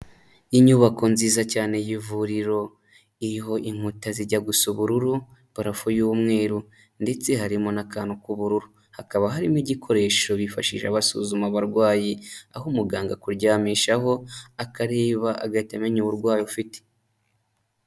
Inyubako nziza cyane y'ivuriro, iriho inkuta zijya gu gusa ubururu, purafo y'umweru ndetse harimo n'akantu k'ubururu, hakaba harimo igikoresho bifashishija basuzuma abarwayi, aho umuganga akuryamishaho akareba agahita amenya uburwayi ufite.